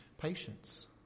patience